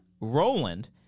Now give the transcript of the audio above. Roland